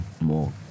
more